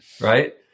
right